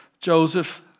Joseph